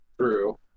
True